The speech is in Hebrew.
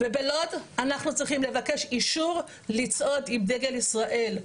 ובלוד אנחנו צריכים לבקש אישור לצעוד עם דגל ישראל,